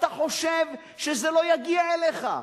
אתה חושב שזה לא יגיע אליך,